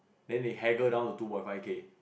then they haggle down to two point five K